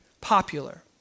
popular